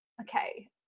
okay